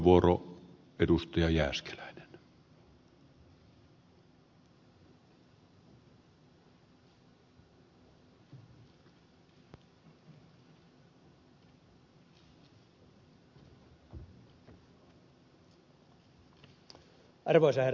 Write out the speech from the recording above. arvoisa herra puhemies